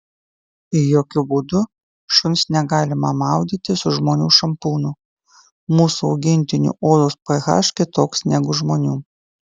jokiu būdu šuns negalima maudyti su žmonių šampūnu mūsų augintinių odos ph kitoks negu žmonių